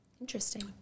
interesting